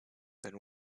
than